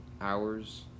hours